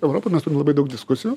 europa mes turim labai daug diskusijų